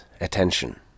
attention